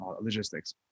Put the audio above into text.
logistics